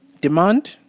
demand